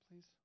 please